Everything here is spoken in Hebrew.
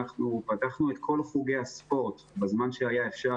פתחנו את כל חוגי הספורט בזמן שהיה אפשר